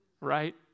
right